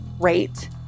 rate